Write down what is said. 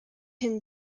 him